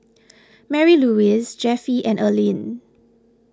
Marylouise Jeffie and Earlene